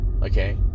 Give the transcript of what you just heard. okay